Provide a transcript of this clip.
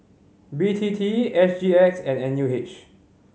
B T T S G X and N U H